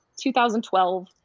2012